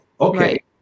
Okay